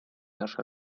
нашей